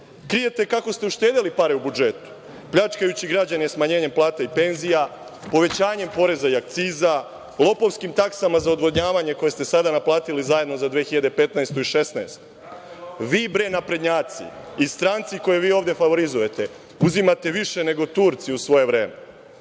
Krijete kako ste uštedeli pare u budžetu, pljačkajući građane smanjenjem plata i penzija, povećanjem poreza i akciza, lopovskim taksama za odvodnjavanje, koje ste sada naplatili zajedno za 2015. i 2016. godinu. Vi, bre naprednjaci i stranci koje ovde favorizujete, uzimate više nego Turci u svoje vreme. Vaš